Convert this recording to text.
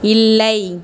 இல்லை